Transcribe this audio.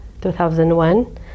2001